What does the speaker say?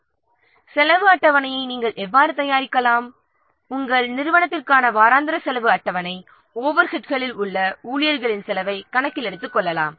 எனவே செலவு அட்டவணையை நாம் எவ்வாறு தயாரிக்கலாம் நம் நிறுவனத்திற்கான வாராந்திர செலவு அட்டவணை ஓவர்ஹெட்களில் உள்ள ஊழியர்களின் செலவை கணக்கில் எடுத்துக்கொள்ளலாம்